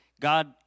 God